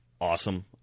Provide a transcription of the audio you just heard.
Awesome